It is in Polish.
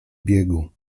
biegu